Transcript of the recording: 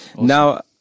Now